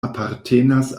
apartenas